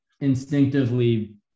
instinctively